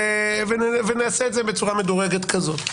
נעשה את זה בצורה מדורגת כזאת.